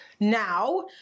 Now